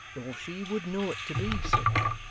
though she would know it to be so,